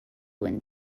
wind